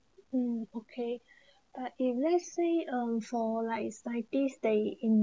um okay but if let's say uh for like scientist they